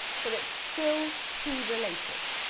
so it's still tea-related.